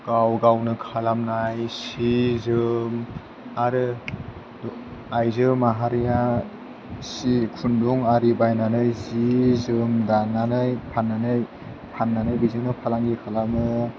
गाव गावनो खालामनाय सि जोम आरो आइजो माहारिया सि खुन्दुं आरि बायनानै सि जोम दानानै फाननानै बेजोंनो फालांगि खालामो